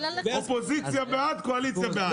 האופוזיציה בעד, הקואליציה בעד.